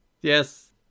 Yes